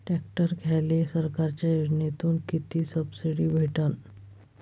Tractor घ्यायले सरकारच्या योजनेतून किती सबसिडी भेटन?